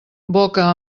boca